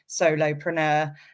solopreneur